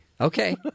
Okay